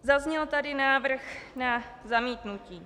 Zazněl tady návrh na zamítnutí.